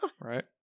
Right